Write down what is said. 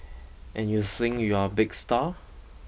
and you think you're a big star